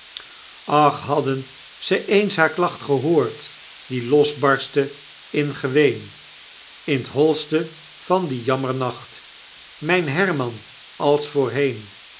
ach hadden ze eens haar klacht gehoord die losbarstte in geween in t holste van dien jammernacht myn herman als voorheen